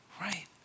Right